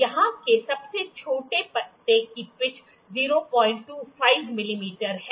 यहाँ के सबसे छोटे पत्ते की पिच 025 मिमी है